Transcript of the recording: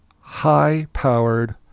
high-powered